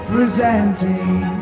Presenting